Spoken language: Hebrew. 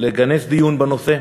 לכנס דיון בנושא,